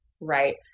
right